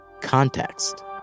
context